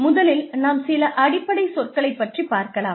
முதலில் நாம் சில அடிப்படை சொற்களைப்பற்றி பார்க்கலாம்